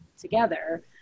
together